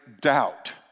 doubt